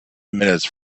minutes